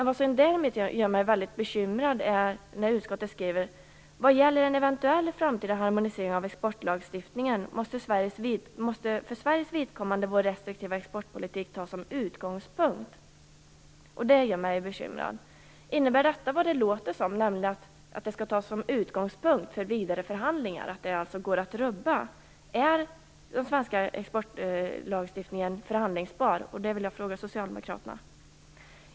Vad som däremot gör mig väldigt bekymrad är när utskottet skriver: "Vad gäller en eventuell framtida harmonisering av exportlagstiftningen måste för Sveriges vidkommande vår restriktiva exportpolitik tas som utgångspunkt." Det gör mig bekymrad. Innebär detta vad det låter som, nämligen att det skall tas som utgångspunkt för vidare förhandlingar och att det alltså går att rubba? Är den svenska exportlagstiftningen förhandlingsbar? Det vill jag fråga socialdemokraterna.